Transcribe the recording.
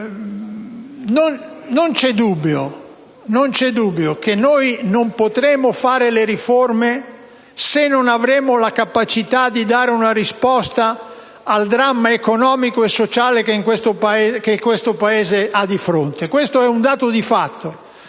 non c'è dubbio che non potremo fare le riforme se non avremo la capacità di dare una risposta al dramma economico e sociale che questo Paese ha di fronte; questo è un dato di fatto.